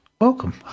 Welcome